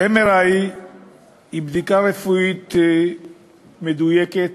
בדיקת MRI היא בדיקה רפואית מדויקת